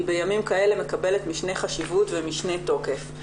היא בימים כאלה מקבלת משנה חשיבות ומשנה תוקף.